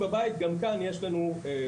בשלב מסוים הן ירצו לעזוב,